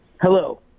Hello